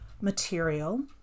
material